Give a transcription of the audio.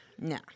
No